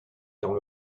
dans